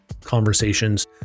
conversations